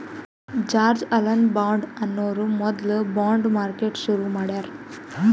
George Alan Bond ಅನ್ನೋರು ಮೊದ್ಲ bond market ಶುರು ಮಾಡ್ಯಾರ್